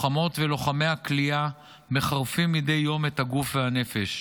לוחמות ולוחמי הכליאה מחרפים מדי יום את הגוף והנפש.